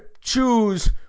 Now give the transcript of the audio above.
choose